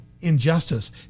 injustice